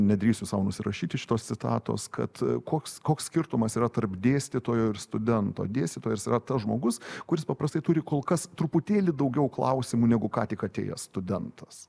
nedrįsiu sau nusirašyti šitos citatos kad koks koks skirtumas yra tarp dėstytojo ir studento dėstytojas yra tas žmogus kuris paprastai turi kol kas truputėlį daugiau klausimų negu ką tik atėjęs studentas